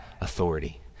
authority